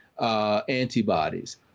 antibodies